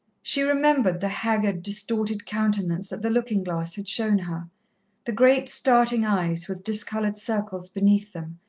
she remembered the haggard, distorted countenance that the looking-glass had shown her the great, starting eyes with discoloured circles beneath them,